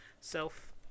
Self